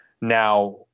Now